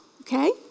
okay